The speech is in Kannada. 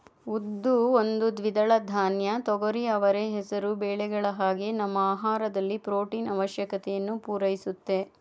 ಉದ್ದು ಒಂದು ದ್ವಿದಳ ಧಾನ್ಯ ತೊಗರಿ ಅವರೆ ಹೆಸರು ಬೇಳೆಗಳ ಹಾಗೆ ನಮ್ಮ ಆಹಾರದಲ್ಲಿ ಪ್ರೊಟೀನು ಆವಶ್ಯಕತೆಯನ್ನು ಪೂರೈಸುತ್ತೆ